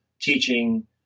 teaching